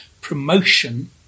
promotion